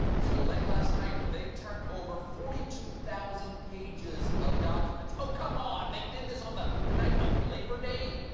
so late last night, they turned over forty two thousand pages of documents. oh, come on! they did this on the night of labor day?